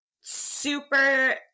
super